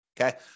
okay